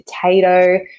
potato